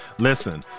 Listen